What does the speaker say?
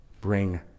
Bring